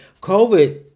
COVID